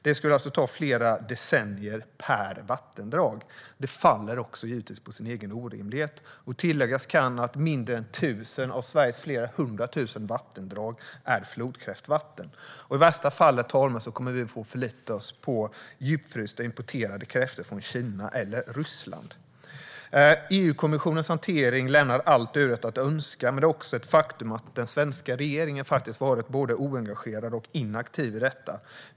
Det skulle ta flera decennier per vattendrag, och det faller givetvis på sin egen orimlighet. Tilläggas kan att färre än 1 000 av Sveriges flera hundra tusen vattendrag är flodkräftvatten. I värsta fall kommer vi att få förlita oss på djupfrysta importerade kräftor från Kina eller Ryssland. EU-kommissionens hantering lämnar allt övrigt att önska. Det är också ett faktum att den svenska regeringen varit både oengagerad och inaktiv i detta.